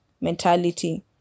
mentality